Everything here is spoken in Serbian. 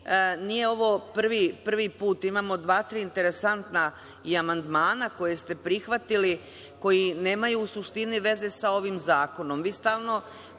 Nije ovo prvi put. Imamo dva, tri interesantna i amandmana koja ste prihvatili, koji nemaju u suštini veze sa ovim zakonom.